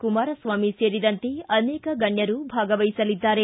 ಕುಮಾರಸ್ವಾಮಿ ಸೇರಿದಂತೆ ಅನೇಕ ಗಣ್ಯರು ಪಾಲ್ಗೊಳ್ಳಲಿದ್ದಾರೆ